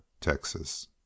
Texas